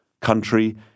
country